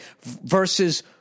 versus